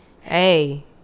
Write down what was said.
Hey